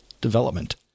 development